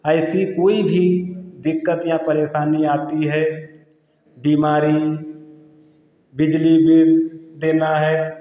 ऐसी कोई भी दिक्कत या परेशानी आती है बीमारी बिजली बिल देना है